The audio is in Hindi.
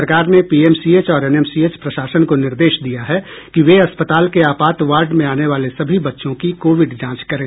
सरकार ने पीएमसीएच और एनएमसीएच प्रशासन को निर्देश दिया है कि वे अस्पताल के आपात वार्ड में आने वाले सभी बच्चों की कोविड जांच करें